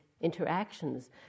interactions